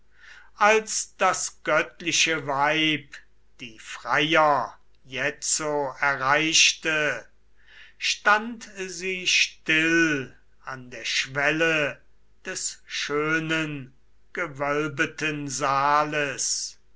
als das göttliche weib die freier jetzo erreichte stand sie still an der schwelle des schönen gewölbeten saales